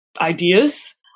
Ideas